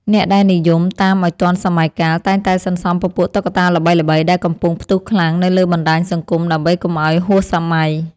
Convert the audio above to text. អ្នកដែលនិយមតាមឱ្យទាន់សម័យកាល តែងតែសន្សំពពួកតុក្កតាល្បីៗដែលកំពុងផ្ទុះខ្លាំងនៅលើបណ្ដាញសង្គមដើម្បីកុំឱ្យហួសសម័យ។